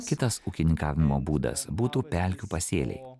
kitas ūkininkavimo būdas būtų pelkių pasėliai